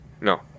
No